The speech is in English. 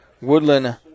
Woodland